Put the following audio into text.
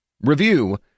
Review